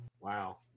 wow